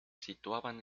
situaban